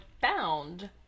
found